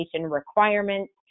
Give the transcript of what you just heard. requirements